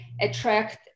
attract